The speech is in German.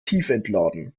tiefentladen